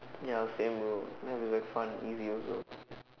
ya same bro math was like fun and easy also